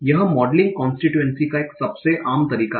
यह modelling constituency का सबसे आम तरीका है